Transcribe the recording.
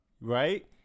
Right